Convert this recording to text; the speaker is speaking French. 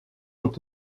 ont